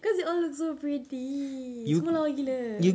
because it all looks so pretty semua lawa gila